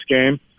game